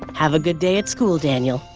have a good day at school, daniel.